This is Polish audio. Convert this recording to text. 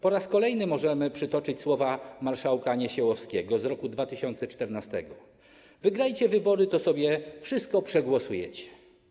Po raz kolejny możemy przytoczyć słowa marszałka Niesiołowskiego z roku 2014: wygrajcie wybory, to sobie wszystko przegłosujecie.